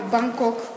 Bangkok